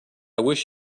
wish